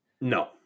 No